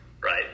right